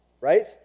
Right